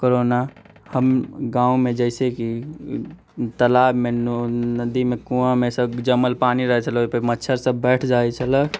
corona हम गाँवमे जैसे कि तलाबमे नदीमे कुआँमेसँ जमल पानी रहै छलक ओहि पर मच्छर सब बैठ जाइत छलक